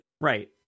Right